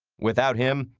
without him,